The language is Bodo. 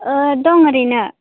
ओ दं ओरैनो